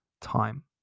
time